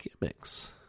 gimmicks